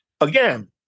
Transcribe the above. again